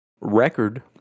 record